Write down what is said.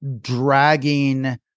dragging